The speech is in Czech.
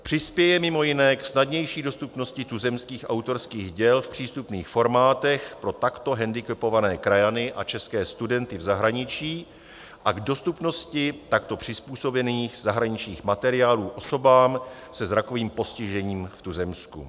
Přispěje mimo jiné k snadnější dostupnosti tuzemských autorských děl v přístupných formátech pro takto handicapované krajany a české studenty v zahraničí a k dostupnosti takto přizpůsobených zahraničních materiálů osobám se zrakovým postižením v tuzemsku.